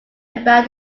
about